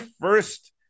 first